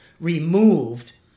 removed